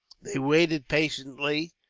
they waited patiently,